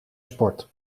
sport